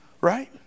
Right